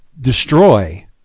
destroy